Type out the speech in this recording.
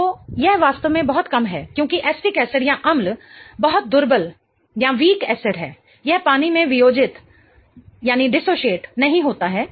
तो यह वास्तव में बहुत कम है क्योंकि एसिटिक एसिडअम्ल बहुत दुर्बल एसिड है यह पानी में वियोजित नहीं होता है